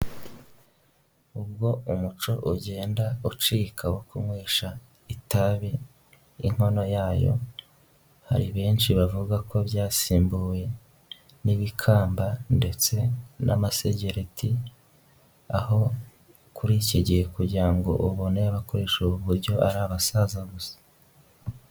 Ubwo umuco ugenda ucika wo kunywesha itabi inkono yayo, hari benshi bavuga ko byasimbuwe n'ibikamba ndetse n'amasegereti, aho kuri iki gihe kugira ngo ubone abakoresha ubu buryo ari abasaza gusa.